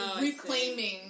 reclaiming